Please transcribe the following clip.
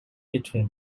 between